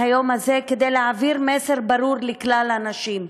היום הזה כדי להעביר מסר ברור לכלל הנשים: